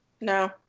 No